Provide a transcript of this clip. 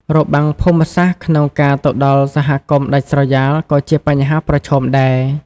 របាំងភូមិសាស្ត្រក្នុងការទៅដល់សហគមន៍ដាច់ស្រយាលក៏ជាបញ្ហាប្រឈមដែរ។